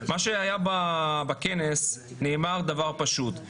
בכנס נאמר דבר פשוט,